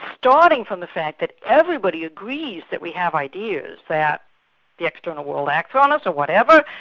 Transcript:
starting from the fact that everybody agrees that we have ideas, that the external world acts on us or whatever,